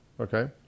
Okay